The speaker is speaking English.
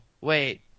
Wait